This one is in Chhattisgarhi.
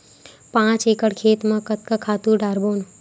पांच एकड़ खेत म कतका खातु डारबोन?